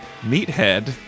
meathead